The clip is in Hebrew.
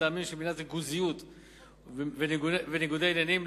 מטעמים של מניעת ריכוזיות וניגודי עניינים,